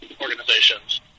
organizations